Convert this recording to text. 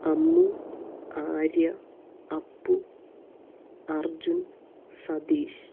Ammu Arya Appu Arjun Satheesh